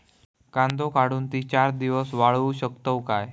कांदो काढुन ती चार दिवस वाळऊ शकतव काय?